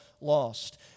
lost